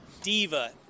Diva